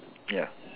ya